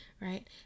right